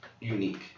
unique